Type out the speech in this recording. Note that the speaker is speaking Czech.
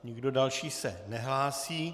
Nikdo další se nehlásí.